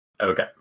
Okay